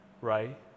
right